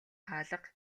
хаалга